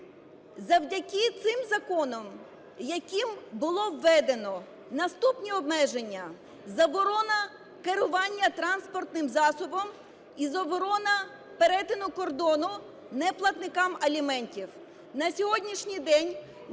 Завдяки цим законам, якими було введено наступні обмеження: заборона керування транспортним засобом і заборона перетину кордону неплатникам аліментів, - на сьогоднішній день